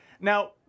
Now